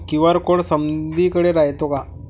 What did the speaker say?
QR code समदीकडे रायतो का?